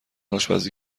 آشپزی